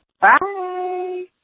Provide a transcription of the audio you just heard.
Bye